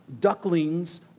Ducklings